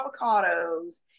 avocados